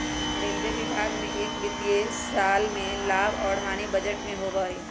railway विभाग में एक वित्तीय साल में लाभ और हानि बजट में होबा हई